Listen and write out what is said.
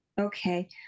Okay